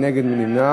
מי נגד?